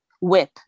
Whip